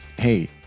Hey